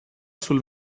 sul